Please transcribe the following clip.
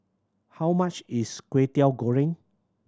how much is Kway Teow Goreng